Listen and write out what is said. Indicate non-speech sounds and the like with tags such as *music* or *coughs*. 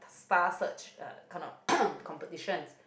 Star Search uh kind of *coughs* competition